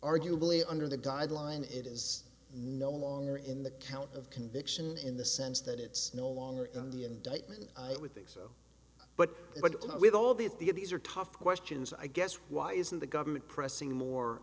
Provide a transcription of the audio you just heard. arguably under the guideline is it is no longer in the count of conviction in the sense that it's no longer in the indictment it would think so but but with all the if the of these are tough questions i guess why isn't the government pressing more